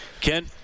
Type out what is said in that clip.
Ken